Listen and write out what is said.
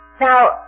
Now